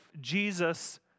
Jesus